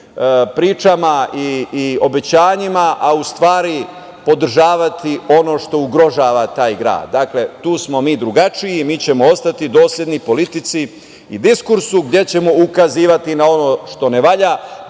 pričama i obećanjima, a u stvari podržavati ono što ugrožava taj grad. Dakle, tu smo mi drugačiji. Mi ćemo ostati dosledni politici i diskursu gde ćemo ukazivati na ono što ne valja,